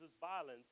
violence